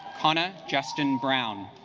hana justin brown